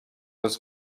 was